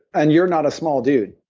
and you're not a small dude.